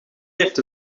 heeft